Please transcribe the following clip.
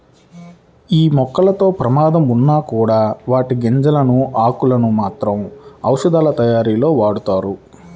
యీ మొక్కలతో ప్రమాదం ఉన్నా కూడా వాటి గింజలు, ఆకులను మాత్రం ఔషధాలతయారీలో వాడతారు